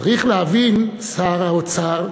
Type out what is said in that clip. צריך להבין, שר האוצר,